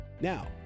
Now